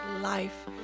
life